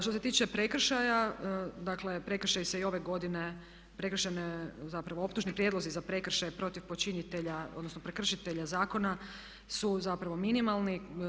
Što se tiče prekršaja, dakle prekršaji se i ove godine, zapravo optužni prijedlozi za prekršaje protiv počinitelja odnosno prekršitelja zakona su zapravo minimalni.